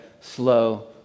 slow